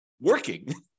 working